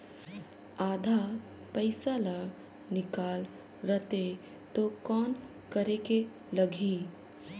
आधा पइसा ला निकाल रतें तो कौन करेके लगही?